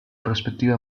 prospettiva